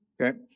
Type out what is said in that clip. okay